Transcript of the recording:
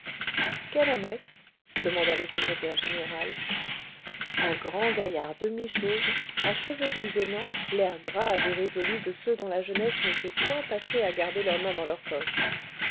est-ce demanda le secrétaire général un grand gaillard demi chauve à cheveux grisonnants l'air grave et résolu de ceux dont la jeunesse ne s'est point passée à garder leurs mains dans leurs poches